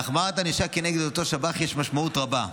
להחמרת ענישה כנגד אותו שב"ח יש משמעות רבה.